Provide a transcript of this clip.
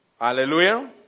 Hallelujah